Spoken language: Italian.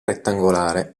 rettangolare